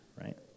right